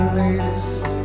latest